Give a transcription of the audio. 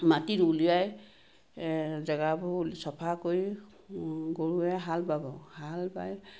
মাটি উলিয়াই জেগাবোৰ চাফা কৰি গৰুৱে হাল বাব হাল বাই